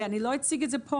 אני לא אציג את זה פה,